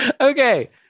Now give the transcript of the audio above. Okay